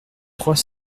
trois